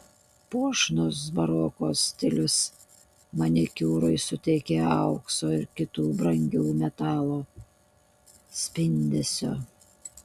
puošnus baroko stilius manikiūrui suteikė aukso ir kitų brangių metalų spindesio